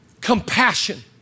compassion